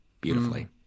beautifully